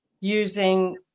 using